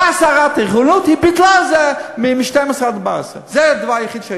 באה שרת הבריאות וביטלה את זה מ-12 עד 14. זה הדבר היחיד.